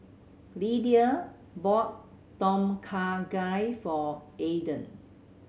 Lydia bought Tom Kha Gai for Aiden